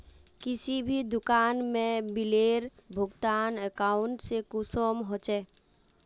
किसी भी दुकान में बिलेर भुगतान अकाउंट से कुंसम होचे?